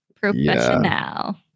professional